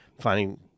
finding